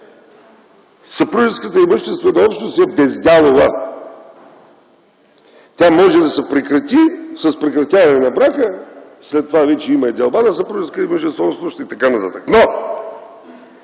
съпружеската имуществена общност е бездялова. Тя може да се прекрати с прекратяване на брака, след това вече има и делба на съпружеска имуществена общност и т.н., но